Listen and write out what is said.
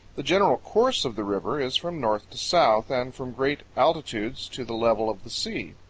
the general course of the river is from north to south and from great altitudes to the level of the sea.